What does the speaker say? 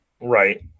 Right